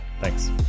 thanks